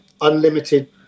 unlimited